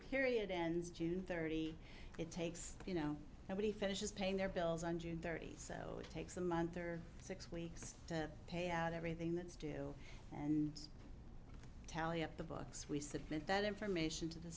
period ends june thirty it takes you know nobody finishes paying their bills on june thirtieth so it takes a month or six weeks to pay out everything that's due and tally up the books we submit that information to the